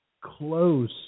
close